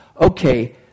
okay